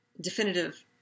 definitive